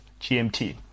GMT